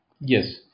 Yes